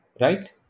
Right